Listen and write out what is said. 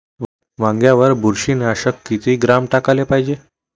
वांग्यावर बुरशी नाशक किती ग्राम टाकाले पायजे?